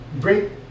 great